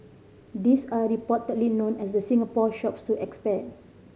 these are reportedly known as the Singapore Shops to expat